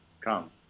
come